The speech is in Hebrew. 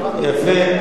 אומר בילסקי,